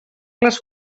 les